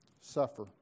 suffer